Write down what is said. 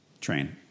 train